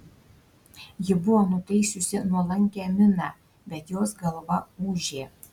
ji buvo nutaisiusi nuolankią miną bet jos galva ūžė